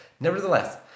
Nevertheless